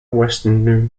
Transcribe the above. western